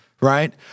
right